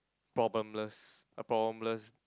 problemless a problemless